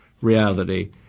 reality